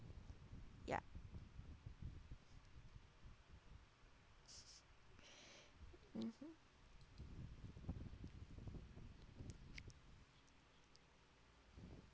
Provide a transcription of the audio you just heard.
yup